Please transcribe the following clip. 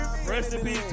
Recipe